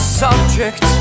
subject